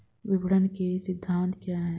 विपणन के सिद्धांत क्या हैं?